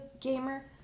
gamer